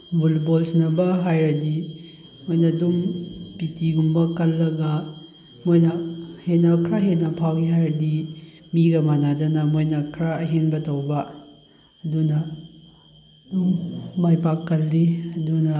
volleyball ꯁꯥꯟꯅꯕ ꯍꯥꯏꯔꯗꯤ ꯃꯣꯏꯅ ꯑꯗꯨꯝ ꯄꯤꯇꯤꯒꯨꯝꯕ ꯀꯜꯂꯒ ꯃꯣꯏꯅ ꯍꯦꯟꯅ ꯈꯔ ꯍꯦꯟꯅ ꯐꯥꯎꯏ ꯍꯥꯏꯔꯗꯤ ꯃꯤꯒ ꯃꯥꯟꯅꯗꯅ ꯃꯣꯏꯅ ꯈꯔ ꯑꯍꯦꯟꯕ ꯇꯧꯕ ꯑꯗꯨꯅ ꯑꯗꯨꯝ ꯃꯥꯏ ꯄꯥꯛꯀꯜꯂꯤ ꯑꯗꯨꯅ